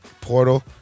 portal